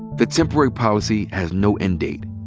the temporary policy has no end date.